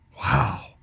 Wow